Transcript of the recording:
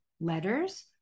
letters